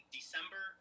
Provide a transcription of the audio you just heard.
December